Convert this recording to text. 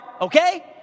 okay